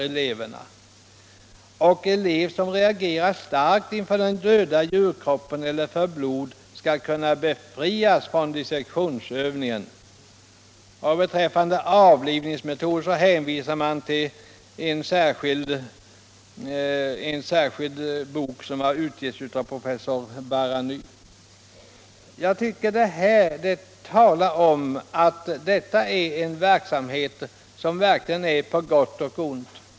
Elev som reagerar starkt inför den döda djurkroppen eller för blod skall kunna befrias från dissektionsövning. Beträffande avlivningsmetoder hänvisar man till en särskild bok som har utgivits av professor Båråny. Jag tycker att detta tydligt visar att den här verksamheten är på gott och ont.